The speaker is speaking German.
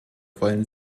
wollen